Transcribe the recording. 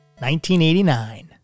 1989